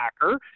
hacker